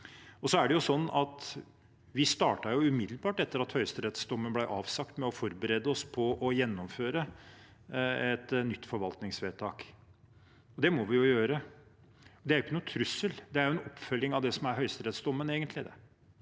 umiddelbart etter at høyesterettsdommen ble avsagt, med å forberede oss på å gjennomføre et nytt forvaltningsvedtak. Det må vi jo gjøre. Det er ikke noen trussel, det er egentlig en oppfølging av det som er høyesterettsdommen.